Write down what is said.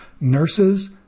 nurses